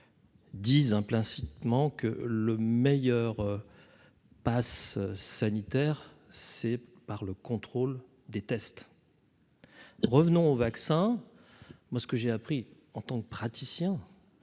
dis implicitement que le meilleur passe sanitaire, c'est par le contrôle des tests. Revenons au vaccin, moi ce que j'ai appris en tant que praticien